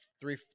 three